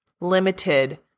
limited